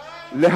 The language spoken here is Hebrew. בוודאי.